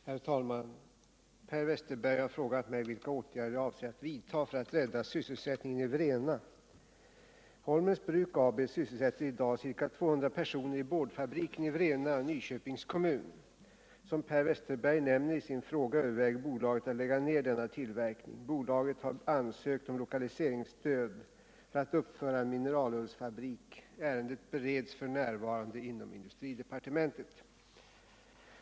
Herr talman! Per Westerberg har frågat mig vilka åtgärder jag avser att vidta för att rädda sysselsättningen i Vrena. Holmens Bruk AB sysselsätter i dag ca 200 personer i boardfabriken i att rädda sysselsättningen i Vrena att rädda sysselsättningen i Vrena Vrena, Nyköpings kommun. Som Per Westerberg nämner i sin fråga överväger bolaget att lägga ner denna tillverkning. Bolaget har ansökt om lokaliseringsstöd för att uppföra en mineralullsfabrik. Ärendet bereds f.n. inom industridepartementet.